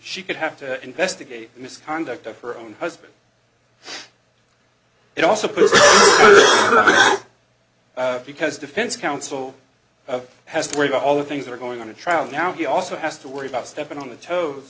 she could have to investigate misconduct of her own husband it also poses because defense counsel of has to worry about all the things that are going on a trial now he also has to worry about stepping on the toes